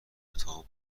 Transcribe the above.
اتاق